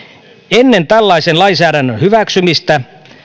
ennen tällaisen lainsäädännön hyväksymistä